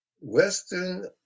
Western